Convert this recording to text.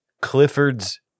Clifford's